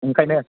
ओंखायनो